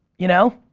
you know?